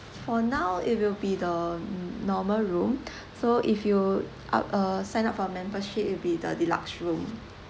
for now it will be the n~ normal room so if you up uh sign up for membership it'll be the deluxe room